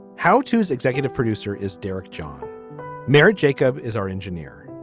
how tos executive producer is derek john mary jacob is our engineer.